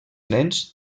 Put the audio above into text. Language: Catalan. nens